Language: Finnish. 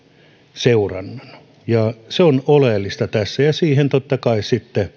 seurannan ja se on oleellista tässä ja siihen totta kai sitten